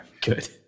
Good